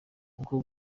uko